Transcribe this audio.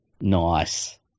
Nice